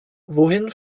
wohin